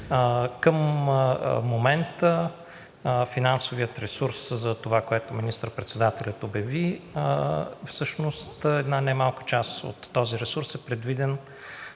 Към момента финансовият ресурс за това, което министър-председателят обяви, всъщност една немалка част от този ресурс, е предвиден